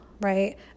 right